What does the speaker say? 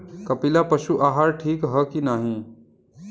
कपिला पशु आहार ठीक ह कि नाही?